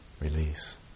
release